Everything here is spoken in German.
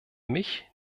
mich